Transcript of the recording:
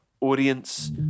audience